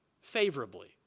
favorably